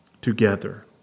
together